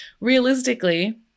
realistically